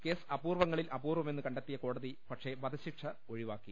case അപൂർവങ്ങളിൽ അപൂർവ മെന്നു കണ്ടെത്തിയ കോടതി പക്ഷേ വധശിക്ഷ ഒഴിവാക്കി